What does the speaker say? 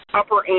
upper